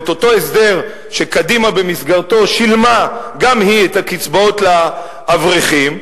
את אותו הסדר שקדימה במסגרתו שילמה גם היא את הקצבאות לאברכים,